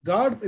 God